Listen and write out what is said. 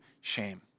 shame